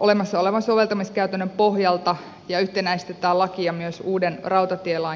olemassa olevan soveltamiskäytännön pohjalta ja yhtenäistetään lakia myös uuden rautatielain kanssa